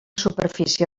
superfície